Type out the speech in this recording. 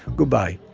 goodbye.